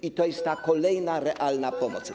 i to jest ta kolejna realna pomoc.